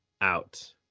out